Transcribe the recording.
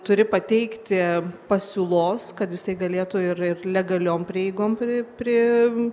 turi pateikti pasiūlos kad jisai galėtų ir ir legaliom prieigom pri pri